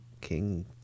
King